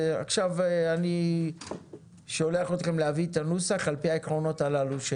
אני שולח אתכם להביא את הנוסח על פי העקרונות הללו.